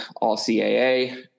All-CAA